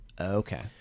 Okay